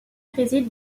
réside